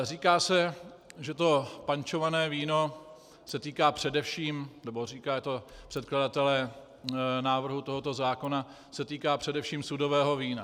Říká se, že to pančované víno týká především, nebo říkají to předkladatelé návrhu tohoto zákona, se týká především sudového vína.